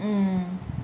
mm